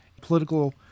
political